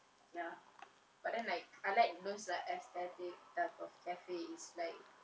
ya but then like I like those like aesthetic type of cafes like